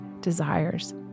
desires